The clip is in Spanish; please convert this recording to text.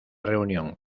reunión